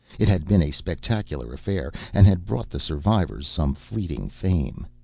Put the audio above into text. it had been a spectacular affair and had brought the survivors some fleeting fame.